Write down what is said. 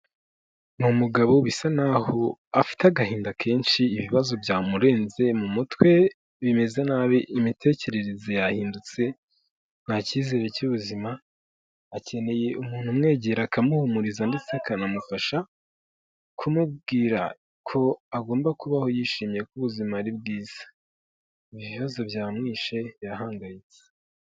Ni umugabo bisa naho afite agahinda kenshi, ibibazo byamurenze mu mutwe bimeze nabi imitekerereze yahindutse nta cyizere cy'ubuzima, akeneye umuntu umwegera akamuhumuriza ndetse akanamufasha kumubwira ko agomba kubaho yishimiye ko ubuzima ari bwiza. Ibibazo byamwishe yahangayitse.